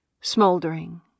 smoldering